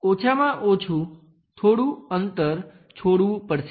ઓછામાં ઓછું થોડું અંતર છોડવું પડશે